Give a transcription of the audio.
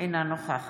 אינו נוכח